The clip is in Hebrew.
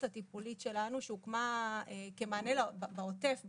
הטיפולית שלנו שהוקמה כמענה בעוטף בזמנו,